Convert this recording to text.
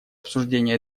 обсуждения